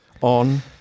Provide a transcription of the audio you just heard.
on